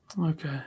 Okay